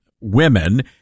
women